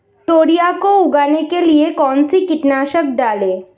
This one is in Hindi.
तोरियां को उगाने के लिये कौन सी कीटनाशक डालें?